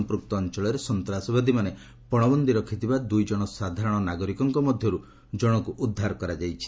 ସମ୍ପୁକ୍ତ ଅଞ୍ଚଳରେ ସନ୍ତାସବାଦୀମାନେ ପଶବନ୍ଦୀ ରଖିଥିବା ଦୁଇ ଜଣ ସାଧାରଣ ନାଗରିକଙ୍କ ମଧ୍ୟରୁ ଜଣକୁ ଉଦ୍ଧାର କରାଯାଇଛି